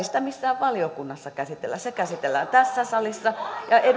sitä tietenkään missään valiokunnassa käsitellä se käsitellään tässä salissa ja